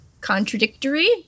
contradictory